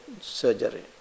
surgery